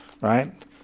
Right